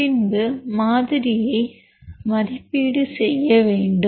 பின்பு மாதிரியை மதிப்பீடு செய்யவேண்டும்